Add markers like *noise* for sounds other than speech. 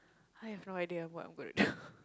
I have no idea what I am going to do *laughs*